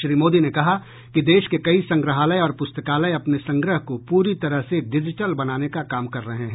श्री मोदी ने कहा कि देश के कई संग्रहालय और पुस्तकालय अपने संग्रह को पूरी तरह से डिजिटल बनाने का काम कर रहे हैं